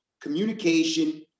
communication